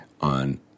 on